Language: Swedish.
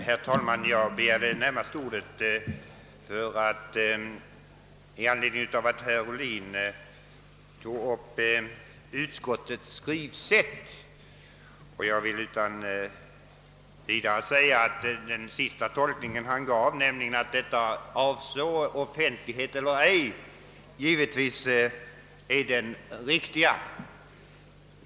Herr talman! Jag begärde ordet närmast med anledning av att herr Ohlin tog upp utskottets skrivsätt. Utan vidare kan det slås fast att herr Ohlins sista tolkning, nämligen att skrivningen avsåg offentlighet eller ej, givetvis är den riktiga.